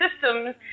systems